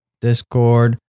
Discord